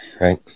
right